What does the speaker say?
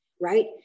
right